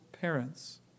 parents